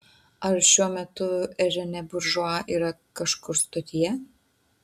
ar šiuo metu renė buržua yra kažkur stotyje